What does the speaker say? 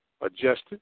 adjusted